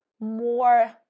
more